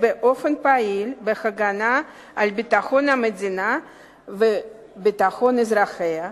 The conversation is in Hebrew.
באופן פעיל בהגנה על ביטחון המדינה וביטחון אזרחיה,